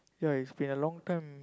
ya it's been a long time